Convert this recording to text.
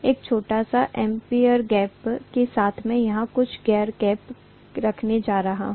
एक छोटे से एयर गैप के साथ मैं यहाँ कुछ एयर गैप रखने जा रहा हूं